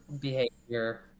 Behavior